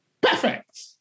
perfect